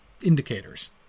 indicators